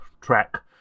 track